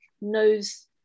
knows